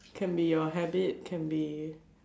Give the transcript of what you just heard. can be your habit can be